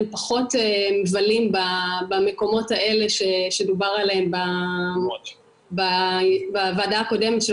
הם פחות מבלים במקומות האלה שדובר עליהם בוועדה הקודמת,